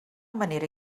manera